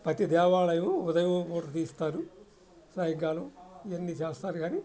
ప్రతి దేవాలయం ఉదయం అయ్యాక తీస్తారు సాయంకాలం ఇవన్నీ చేస్తారు కానీ